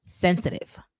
sensitive